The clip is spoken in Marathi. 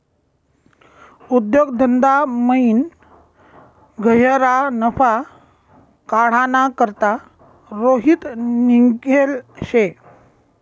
उद्योग धंदामयीन गह्यरा नफा काढाना करता रोहित निंघेल शे